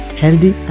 healthy